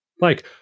Mike